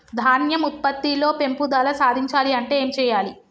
ధాన్యం ఉత్పత్తి లో పెంపుదల సాధించాలి అంటే ఏం చెయ్యాలి?